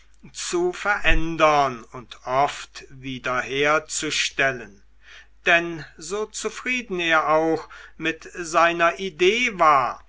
zu verändern und oft wiederherzustellen denn so zufrieden er auch mit seiner idee war